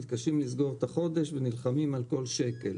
מתקשים לסגור את החודש ונלחמים על כל שקל.